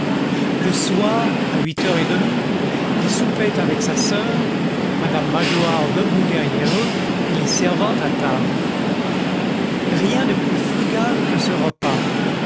le soir à huit heures et demie il soupait avec sa soeur madame magloire debout derrière eux et les servant à table rien de plus frugal que ce repas